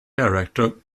director